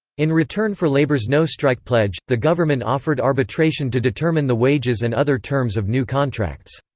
in return for labor's no-strike pledge, the government offered arbitration to determine the wages and other terms of new contracts.